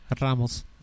Ramos